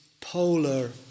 polar